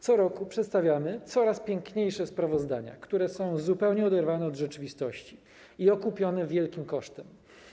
Co roku przedstawiamy coraz piękniejsze sprawozdania, które są zupełnie oderwane od rzeczywistości i okupione wielkim kosztem.